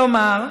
כלומר,